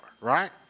right